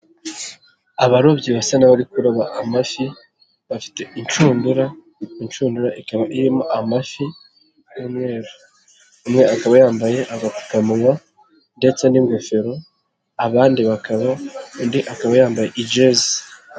Abarobyi basa n'abari kuroba amafi bafite inshundura ,inshundura ikaba irimo amafi y'umweru umwe akaba yambaye agapfukamunwa ndetse n'ingofero abandi bakaba undi akaba yambaye ijezi.